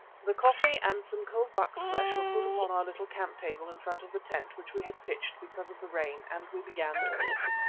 the coffee and some cold buck's flesh were put upon our little camp-table in front of the tent which we had pitched because of the rain, and we began to eat.